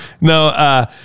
No